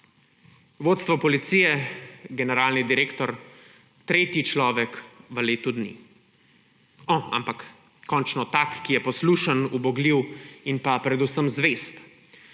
Vodstvo Policije, generalni direktor – tretji človek v letu dni. No, ampak končno tak, ki je poslušen, ubogljiv in predvsem zvest.